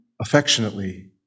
affectionately